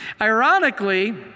Ironically